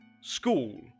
school